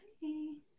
see